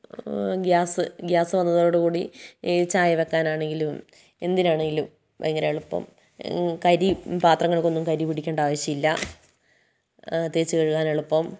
gas gas വന്നതോടുകൂടി ഈ ചായ വയ്ക്കാനാണെങ്കിലും എന്തിനാണെങ്കിലും ഭയങ്കര എളുപ്പം കരി പാത്രങ്ങൾക്കൊന്നും കരി പിടിക്കേണ്ട ആവിശ്യമില്ല തേച്ച് കഴുകാൻ എളുപ്പം